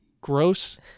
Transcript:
gross